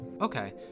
Okay